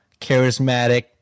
charismatic